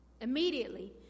Immediately